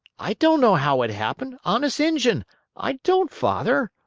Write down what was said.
i don't know how it happened, honest injun i don't, father!